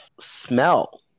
smell